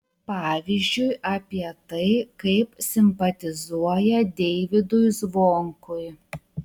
pavyzdžiui apie tai kaip simpatizuoja deivydui zvonkui